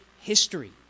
history